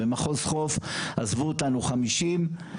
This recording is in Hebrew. במחוז חוף עזבו אותנו 85,